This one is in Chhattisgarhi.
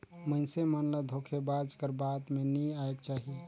मइनसे मन ल धोखेबाज कर बात में नी आएक चाही